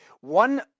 one